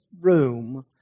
room